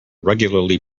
regularly